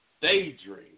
daydream